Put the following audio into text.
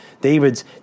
David's